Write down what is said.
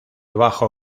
bajo